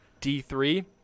D3